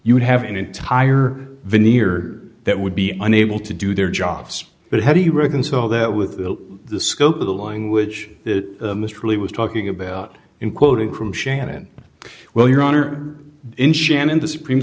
you would have an entire veneer that would be unable to do their jobs but how do you reconcile that with the scope of the language that mr lee was talking about and quoting from shannon well your honor in shannon the supreme